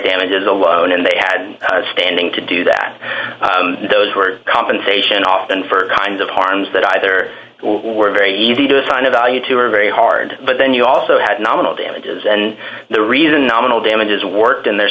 damages alone and they had standing to do that those were compensation often for kinds of harms that either were very easy to assign a value to or very hard but then you also had nominal damages and the reason nominal damages worked in their